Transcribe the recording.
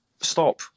stop